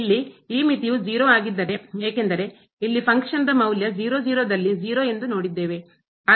ಇಲ್ಲಿ ಈ ಮಿತಿಯು 0 ಆಗಿದ್ದರೆ ಏಕೆಂದರೆ ಇಲ್ಲಿ ಫಂಕ್ಷನ್ ಕಾರ್ಯ ದ ಮೌಲ್ಯ ಯಲ್ಲಿ 0 ಎಂದು ನೋಡಿದ್ದೇವೆ